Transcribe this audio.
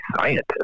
scientists